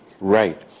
right